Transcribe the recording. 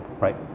right